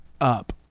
up